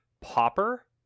popper